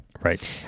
Right